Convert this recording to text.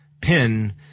pin